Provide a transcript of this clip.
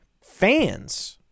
fans